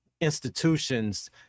institutions